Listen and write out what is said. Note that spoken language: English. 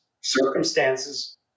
circumstances